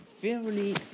fairly